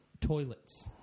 Toilets